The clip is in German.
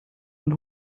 und